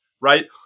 right